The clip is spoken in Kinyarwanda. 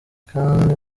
kandi